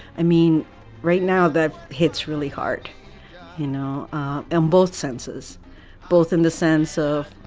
i mean right now that hits really hard you know in both senses both in the sense of.